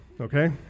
okay